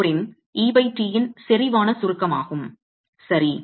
4 இன் et இன் செறிவான சுருக்கமாகும் சரி